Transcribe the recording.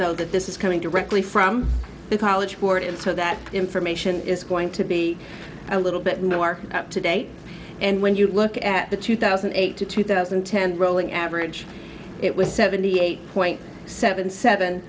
though that this is coming directly from the college board and so that information is going to be a little bit now are up to date and when you look at the two thousand and eight to two thousand and ten rolling average it was seventy eight point seven seven